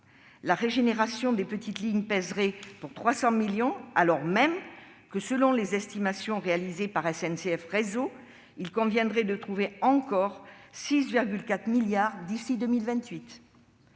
La régénération des petites lignes pèserait pour 300 millions d'euros alors même que, selon les estimations réalisées par SNCF Réseau, il conviendrait de trouver encore 6,4 milliards d'euros